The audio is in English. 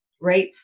right